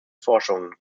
forschungen